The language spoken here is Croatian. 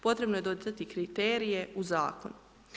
Potrebno je dodati kriterije u zakon.